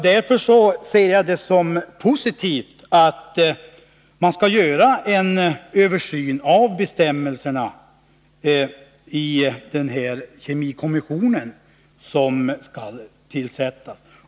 Därför ser jag det som positivt att den kemikommission som skall tillsättas skall göra en översyn av bestämmelserna.